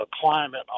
climate